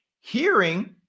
hearing